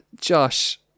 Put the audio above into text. Josh